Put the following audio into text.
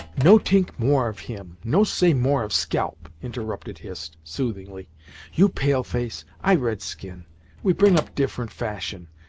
no t'ink more of him no say more of scalp interrupted hist, soothingly you pale-face, i red-skin we bring up different fashion.